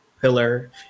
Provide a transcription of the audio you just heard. pillar